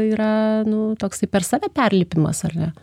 yra nu toksai per save perlipimas ar ne